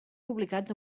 publicats